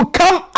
come